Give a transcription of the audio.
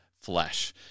flesh